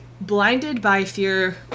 blinded-by-fear